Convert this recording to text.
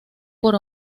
por